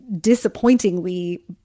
disappointingly